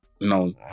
no